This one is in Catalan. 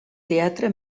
teatre